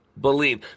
Believe